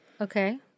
Okay